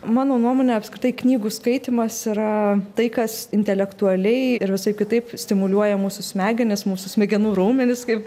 mano nuomone apskritai knygų skaitymas yra tai kas intelektualiai ir visaip kitaip stimuliuoja mūsų smegenis mūsų smegenų raumenis kaip